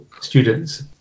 students